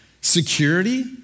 security